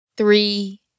Three